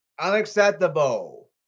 unacceptable